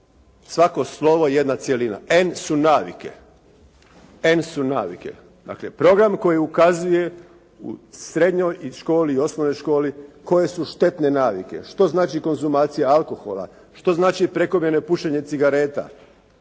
Svako slovo jedna cjelina. And su navike. Dakle, program koji ukazuje srednjoj školi i osnovnoj školi koje su štetne navike. Što znači konzumacija alkohola, što znači prekomjerno pušenje cigareta.